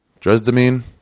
Dresdamine